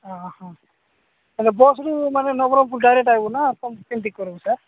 ଓଃ ଆମେ ବସ୍ରୁ ମାନେ ନବରଙ୍ଗପୁର ଡାଇରେକ୍ଟ ଆସିବୁ ନା କେମିତି କରିବୁ ସାର୍